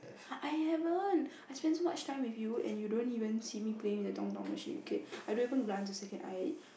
I haven't I spend so much time with you and you don't even see me play with a machine okay I don't even take glance a second I